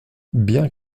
bien